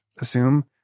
assume